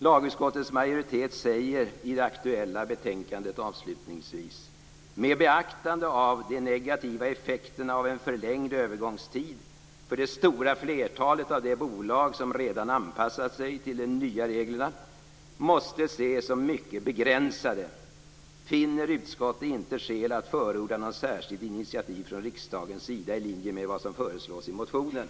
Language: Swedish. Lagutskottets majoritet säger avslutningsvis i det aktuella betänkandet att "med beaktande av att de negativa effekterna av en förlängd övergångstid för det stora flertalet av de bolag som redan anpassat sig till nya reglerna måste ses som mycket begränsade finner utskottet inte skäl att förorda några särskilda initiativ från riksdagens sida i linje med vad som föreslås i motionen".